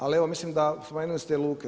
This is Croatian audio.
Ali evo mislim da … luke.